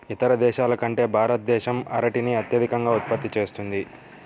ఇతర దేశాల కంటే భారతదేశం అరటిని అత్యధికంగా ఉత్పత్తి చేస్తుంది